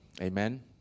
Amen